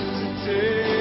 today